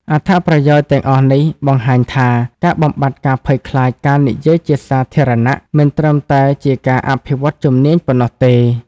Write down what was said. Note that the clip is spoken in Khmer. អត្ថប្រយោជន៍ទាំងអស់នេះបង្ហាញថា ការបំបាត់ការភ័យខ្លាចការនិយាយជាសាធារណៈ មិនត្រឹមតែជាការអភិវឌ្ឍជំនាញប៉ុណ្ណោះទេ។